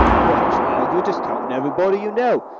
why, child, you're just counting everybody you know.